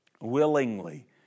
Willingly